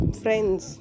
friends